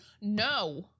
No